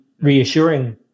reassuring